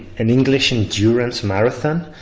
an english endurance marathon